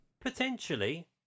Potentially